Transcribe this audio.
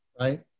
right